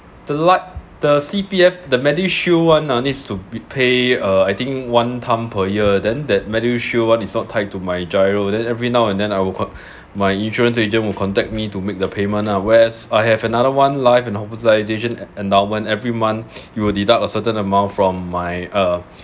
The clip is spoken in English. the like the C_P_F the medishield one ah needs to be pay uh I think one time per year than that medishield one is not tied to my GIRO then every now and then I will call my insurance agent will contact me to make the payment lah wheres I have another one life and homogenisation endowment every month it will deduct a certain amount from my uh